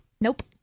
Nope